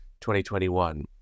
2021